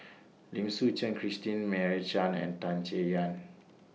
Lim Suchen Christine Meira Chand and Tan Chay Yan